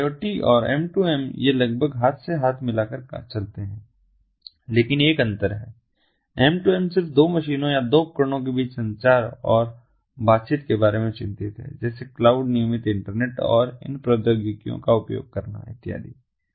तो आईओटी और M 2 M ये लगभग हाथ से हाथ मिलाकर चलते हैं लेकिन एक अंतर है एम 2 एम सिर्फ दो मशीनों या दो उपकरणों के बीच संचार और बातचीत के बारे में चिंतित है जैसे क्लाउड नियमित इंटरनेट और इतने पर प्रौद्योगिकियों का उपयोग करना इत्यादि